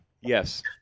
Yes